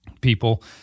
people